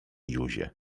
józię